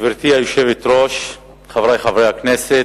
גברתי היושבת-ראש, חברי חברי הכנסת,